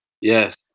Yes